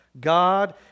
God